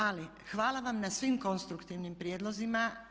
Ali hvala vam na svim konstruktivnim prijedlozima.